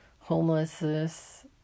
homelessness